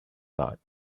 thought